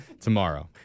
tomorrow